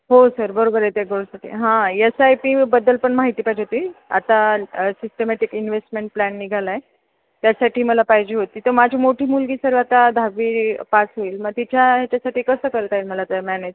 हो सर बरोबर आहे त्या ग्रोथसाठी हां एस आय पीबद्दल पण माहिती पाहिजे होती आता सिस्टमॅटिक इन्व्हेस्टमेंट प्लॅन निघाला आहे त्यासाठी मला पाहिजे होती तर माझी मोठी मुलगी सर आता दहावी पास होईल मग तिच्या याच्यासाठी कसं करता येईल मला ते मॅनेज